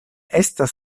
estas